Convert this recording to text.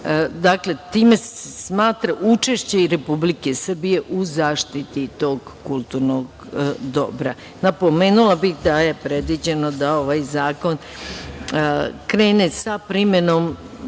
Dakle, time se smatra učešće Republike Srbije u zaštiti tog kulturnog dobra. Napomenula bih da je predviđeno da ovaj zakon krene sa primenom